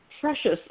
precious